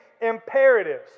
imperatives